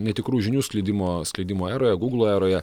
netikrų žinių sklidimo sklidimo eroje gūglo eroje